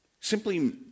Simply